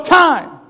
time